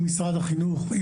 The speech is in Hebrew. עם משרד החינוך,